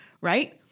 right